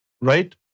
right